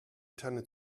tanne